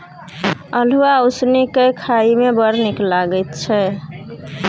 अल्हुआ उसनि कए खाए मे बड़ नीक लगैत छै